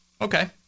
okay